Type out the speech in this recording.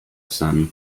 son